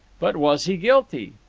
but was he guilty?